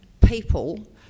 people